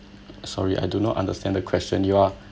sorry I do not understand the question you are